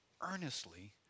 earnestly